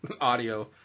audio